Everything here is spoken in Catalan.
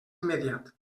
immediat